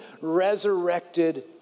resurrected